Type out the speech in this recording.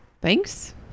thanks